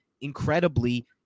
incredibly